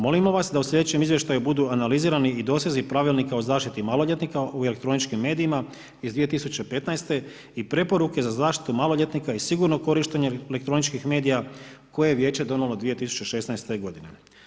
Molimo vas da u sljedećem izvještaju budu analizirani i dosezi Pravilnika o zaštiti maloljetnika u elektroničkim medijima iz 2015. i preporuke za zaštitu maloljetnika i sigurno korištenje elektroničkih medija koje je vijeće donijelo 2016. godine.